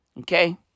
Okay